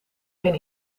geen